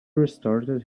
restarted